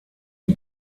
die